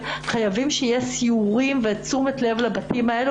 חייבים שיהיו סיורים בבתים האלה.